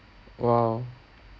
!wow!